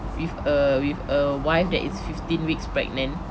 with a with a wife that is fifteen weeks pregnant